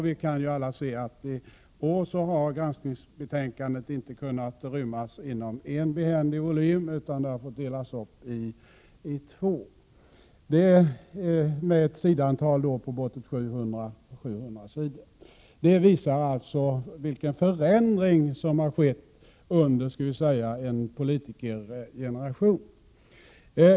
Vi kan alla se att granskningsbetänkandet i år inte har kunnat rymmas i en behändig volym, utan det har fått delas upp i två delar med bortåt 700 sidor. Detta visar vilken förändring som skett under, skall vi säga, en politikergeneration.